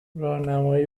راهنمایی